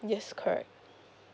yes correct